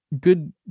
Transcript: good